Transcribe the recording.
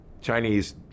Chinese